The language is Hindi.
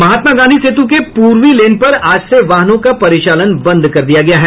महात्मा गांधी सेतु के पूर्वी लेन पर आज से वाहनों का परिचालन बंद कर दिया गया है